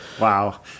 Wow